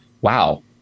wow